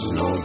no